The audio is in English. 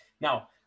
Now